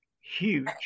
huge